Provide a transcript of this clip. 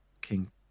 King